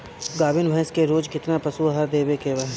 गाभीन भैंस के रोज कितना पशु आहार देवे के बा?